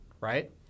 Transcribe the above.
right